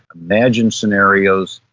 imagine scenarios,